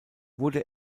wurde